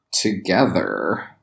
together